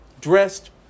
dressed